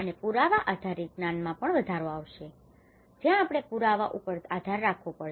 અને પુરાવા આધારિત જ્ઞાન માં વધારો આવશે જ્યાં આપણે પુરાવા ઉપર આધાર રાખવો પડશે